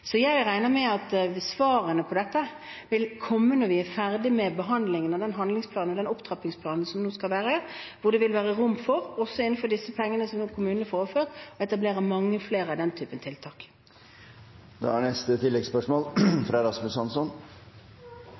Jeg regner med at svarene på dette vil komme når vi er ferdig med behandlingen av den handlingsplanen og den opptrappingsplanen som skal komme, hvor det vil være rom for – også innenfor disse pengene som kommunen nå får overført – å etablere mange flere av denne typen tiltak. Rasmus Hansson – til oppfølgingsspørsmål. Det er